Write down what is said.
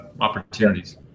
opportunities